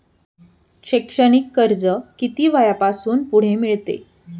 शैक्षणिक कर्ज किती वयापासून पुढे मिळते?